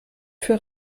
für